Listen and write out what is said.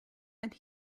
and